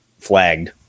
flagged